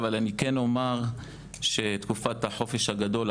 אבל יכול לומר שתקופת החופש הגדול,